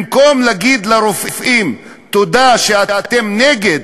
במקום להגיד לרופאים תודה שאתם נגד,